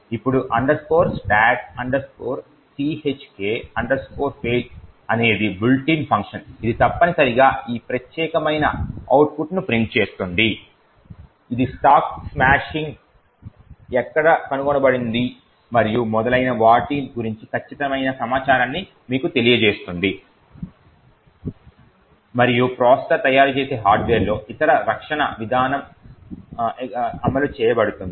ఇప్పుడు stack chk fail అనేది built in function ఇది తప్పనిసరిగా ఈ ప్రత్యేకమైన అవుట్పుట్ను ప్రింట్ చేస్తుంది ఇది స్టాక్ స్మాషింగ్ ఎక్కడ కనుగొనబడింది మరియు మొదలైన వాటి గురించి ఖచ్చితమైన సమాచారాన్ని మీకు తెలియజేస్తుంది మరియు ప్రాసెసర్ తయారుచేసే హార్డ్వేర్లో ఇతర రక్షణ విధానం అమలు చేయబడుతుంది